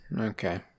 Okay